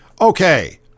Okay